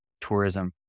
tourism